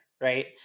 right